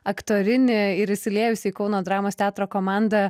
aktorinį ir įsiliejusi į kauno dramos teatro komandą